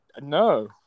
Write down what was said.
No